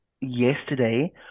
yesterday